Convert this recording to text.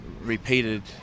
repeated